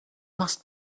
must